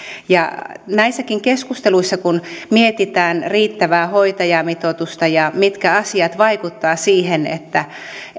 ja näissäkin keskusteluissa kun mietitään riittävää hoitajamitoitusta ja sitä mitkä asiat vaikuttavat siihen että